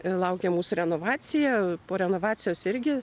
ir laukia mūsų renovacija po renovacijos irgi